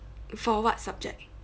for what subject